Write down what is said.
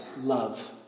love